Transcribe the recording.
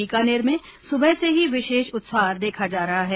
बीकानेर में सुबह से ही विशेष उत्साह देखा जा रहा है